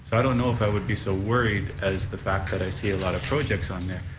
so i don't know if i would be so worried as the fact that i see a lot of projects on there.